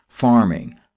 farming